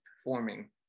performing